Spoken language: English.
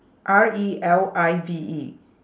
R E L I V E